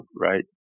right